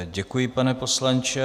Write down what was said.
Děkuji, pane poslanče.